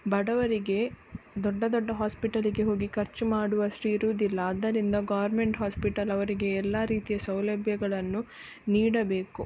ಬಡವರಿಗೆ ದೊಡ್ಡ ದೊಡ್ಡ ಹಾಸ್ಪಿಟಲಿಗೆ ಹೋಗಿ ಖರ್ಚು ಮಾಡುವಷ್ಟು ಇರೋದಿಲ್ಲ ಆದ್ದರಿಂದ ಗೌರ್ಮೆಂಟ್ ಹಾಸ್ಪಿಟಲ್ ಅವರಿಗೆ ಎಲ್ಲ ರೀತಿಯ ಸೌಲಭ್ಯಗಳನ್ನು ನೀಡಬೇಕು